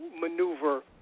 maneuver